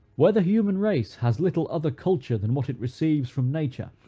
where the human race has little other culture than what it receives from nature,